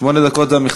שמונה דקות המכסה?